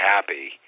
Happy